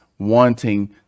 Wanting